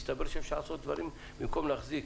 מסתבר שבמקום להחזיק